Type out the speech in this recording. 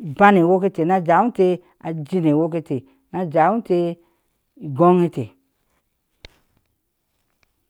ibaŋ awukete na jeweta ajin e woketa na jewi inteh ingooŋ inteh